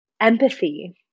empathy